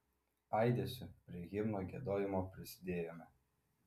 aidesiu prie himno giedojimo prisidėjome